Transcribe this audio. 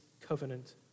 covenant